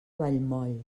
vallmoll